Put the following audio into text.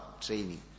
training